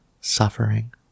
suffering